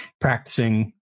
practicing